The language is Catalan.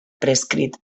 prescrit